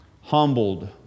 humbled